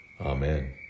Amen